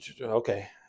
Okay